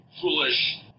foolish